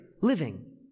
living